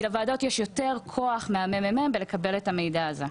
כי לוועדות יש יותר כוח מהמ.מ.מ בלקבל את המידע זה.